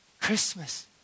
Christmas